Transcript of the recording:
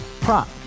prop